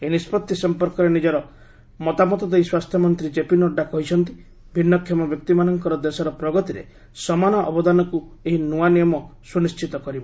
ଏହି ନିଷ୍ପଭି ସମ୍ପର୍କରେ ନିଜର ମତାମତ ଦେଇ ସ୍ୱାସ୍ଥ୍ୟମନ୍ତ୍ରୀ କେପି ନଡ୍ରା କହିଛନ୍ତି ଭିନ୍ନକ୍ଷମ ବ୍ୟକ୍ତିମାନଙ୍କର ଦେଶର ପ୍ରଗତିରେ ସମାନ ଅବଦାନକୁ ଏହି ନ୍ନଆ ନିୟମ ସ୍ୱନିଶ୍ଚିତ କରିବ